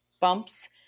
bumps